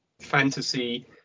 fantasy